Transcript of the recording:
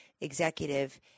executive